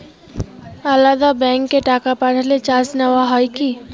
আলাদা ব্যাংকে টাকা পাঠালে চার্জ নেওয়া হয় কি?